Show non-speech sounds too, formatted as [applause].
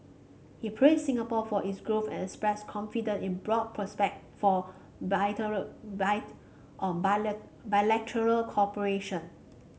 he praised Singapore for its growth and expressed confidence in broad prospects for [unintelligible] bite on [unintelligible] bilateral cooperation